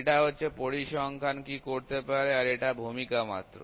এটা হচ্ছে পরিসংখ্যান কি করতে পারে তার একটা ভূমিকা মাত্র